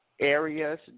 areas